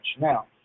Now